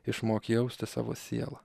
išmok jausti savo sielą